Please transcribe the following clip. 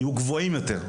יהיו גבוהים יותר.